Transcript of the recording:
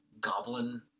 goblin